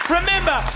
remember